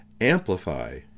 amplify